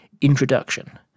introduction